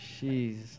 Jeez